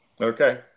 Okay